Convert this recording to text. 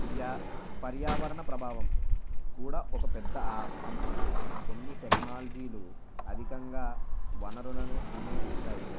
వ్యా పర్యావరణ ప్రభావం కూడా ఒక పెద్ద అంశం కొన్ని టెక్నాలజీలు అధికంగా వనరులను వినియోగిస్తాయి